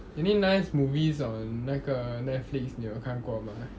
any nice movies on 那个 Netflix 你有看过吗